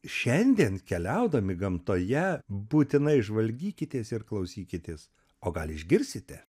šiandien keliaudami gamtoje būtinai žvalgykitės ir klausykitės o gal išgirsite